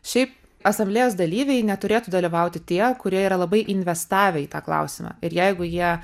šiaip asamblėjos dalyviai neturėtų dalyvauti tie kurie yra labai investavę į tą klausimą ir jeigu jie